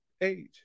age